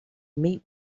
meet